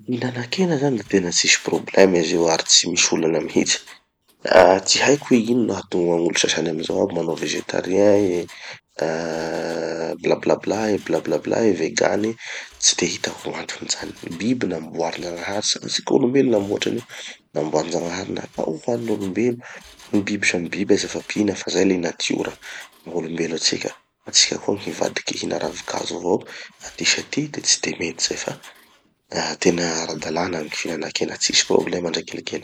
Fihinanan-kena zany da tena tsy misy problema izy io ary tsy misy olana mihitsy. Ah tsy haiko hoe ino mahatonga gn'olo sasany amizao aby manao végétariens e, ah bla bla bla e, vegan e, tsy de hitako gn'antony zany. Gny biby namboarin'agnahary. Tsy raha tsika olom-belo namboatry anio. Namboarin-jagnahary natao ho hanin'olom-belo. Gny biby samy biby aza mifampihina fa zay le natiora maha olom-belo atsika, vo tsika koa gny hivadiky hihina ravin-kazo avao, aty sy aty de tsy de mety zay. Fa ah tena ara-dalàna gny fihinanan-kena, tsisy problema ndre kelikely.